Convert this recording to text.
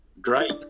Great